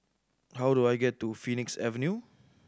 how do I get to Phoenix Avenue